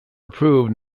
approved